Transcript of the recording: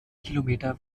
kilometer